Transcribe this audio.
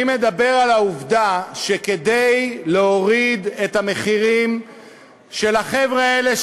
אני מדבר על העובדה שכדי להוריד את המחירים של החבר'ה האלה,